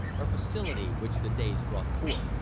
or facility which the days brought forth.